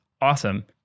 awesome